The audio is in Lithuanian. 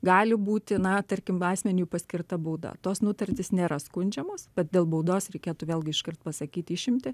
gali būti na tarkim asmeniui paskirta bauda tos nutartys nėra skundžiamos bet dėl baudos reikėtų vėlgi iškart pasakyti išimtį